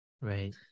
Right